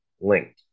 linked